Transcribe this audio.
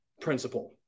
principle